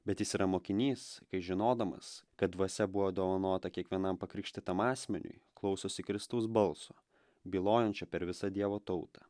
bet jis yra mokinys kai žinodamas kad dvasia buvo dovanota kiekvienam pakrikštytam asmeniui klausosi kristaus balso bylojančio per visą dievo tautą